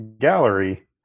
gallery